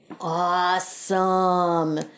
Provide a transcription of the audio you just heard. Awesome